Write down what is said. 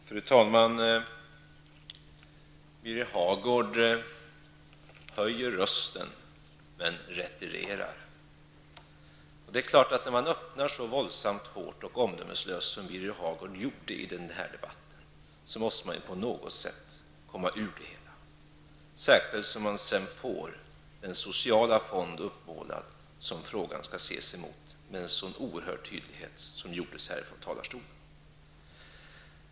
Fru talman! Birger Hagård höjer rösten, men retirerar. Och det är klart att när man öppnar så våldsamt hårt och omdömeslöst som Birger Hagård gjorde i den här debatten, måste man på något sätt komma ur det hela, särskilt som man sedan får den sociala fond uppmålad som frågan skall ses emot med en sådan oerhörd tydlighet som gjordes här från talarstolen.